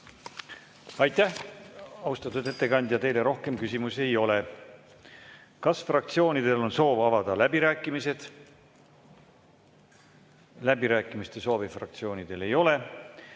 Aitäh, austatud ettekandja! Teile rohkem küsimusi ei ole. Kas fraktsioonidel on soov avada läbirääkimised? Läbirääkimiste soovi fraktsioonidel ei ole.